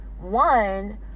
one